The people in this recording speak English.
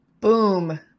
Boom